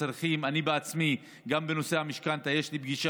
לי עצמי יש פגישה